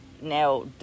now